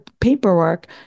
paperwork